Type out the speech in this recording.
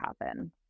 happen